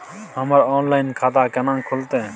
हमर ऑनलाइन खाता केना खुलते?